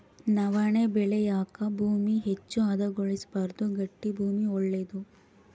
ನವಣೆ ಬೆಳೆಯಾಕ ಭೂಮಿ ಹೆಚ್ಚು ಹದಗೊಳಿಸಬಾರ್ದು ಗಟ್ಟಿ ಭೂಮಿ ಒಳ್ಳೇದು